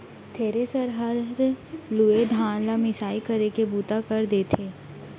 thresher हर लूए धान ल मिसाई करे के बूता कर देथे